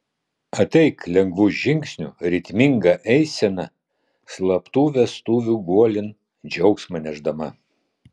ateik lengvu žingsniu ritminga eisena slaptų vestuvių guolin džiaugsmą nešdama